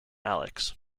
alex